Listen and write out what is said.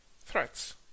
threats